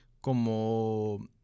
como